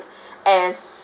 and